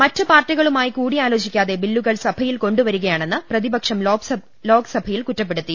മറ്റുപാർട്ടികളുമായി കൂടിയാലോചിക്കാതെ ബില്ലുകൾ സഭയിൽ കൊണ്ടുവരികയാണെന്ന് പ്രതിപക്ഷം ലോക്സഭയിൽ കുറ്റപ്പെടുത്തി